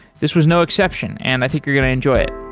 this was no exception. and i think you're going to enjoy it